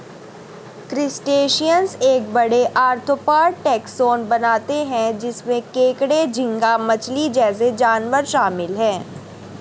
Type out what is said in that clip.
crustaceans एक बड़े, arthropod taxon बनाते हैं जिसमें केकड़े, झींगा मछली जैसे जानवर शामिल हैं